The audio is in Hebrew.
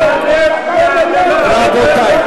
אני, רבותי.